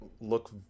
look